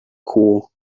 cool